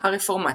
הרפורמציה